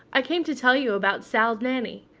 i came to tell you about sal's nanny.